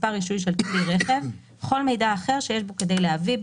מספר רישוי של כלי רכב וכל מידע אחר שיש בו כדי להביא,